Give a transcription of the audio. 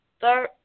third